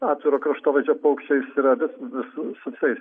atviro kraštovaizdžio paukščiais yra vis vis su visais